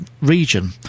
region